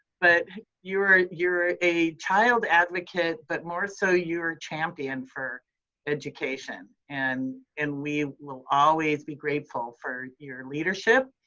but you're you're a child advocate but more so, you're a champion for education. and and we will always be grateful for your leadership.